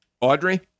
Audrey